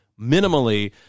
minimally